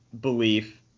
belief